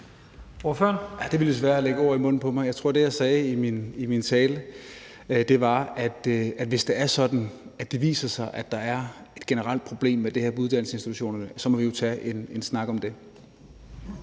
Det ville vist være at lægge ord i munden på mig. Jeg tror, at det, jeg sagde i min tale, var, at hvis det er sådan, at det viser sig, at der er et generelt problem med det her på uddannelsesinstitutionerne, så må vi jo tage en snak om det.